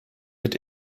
wird